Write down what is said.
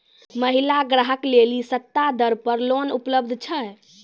महिला ग्राहक लेली सस्ता दर पर लोन उपलब्ध छै?